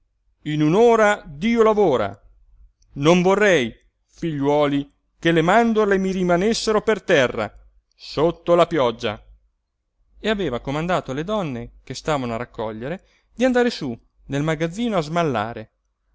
in un'ora dio lavora non vorrei figliuoli che le mandorle mi rimanessero per terra sotto la pioggia e aveva comandato alle donne che stavano a raccogliere di andar su nel magazzino a smallare